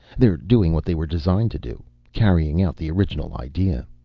they're doing what they were designed to do. carrying out the original idea.